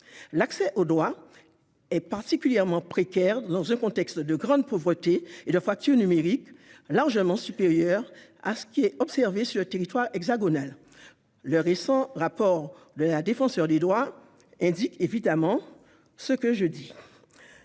L'accès au droit y est particulièrement précaire dans un contexte de grande pauvreté et de fracture numérique, largement supérieures à ce qui est observé sur le territoire hexagonal. Le récent rapport de la Défenseure des droits le confirme clairement.